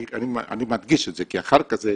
אני מדגיש את זה, כי אחר כך זה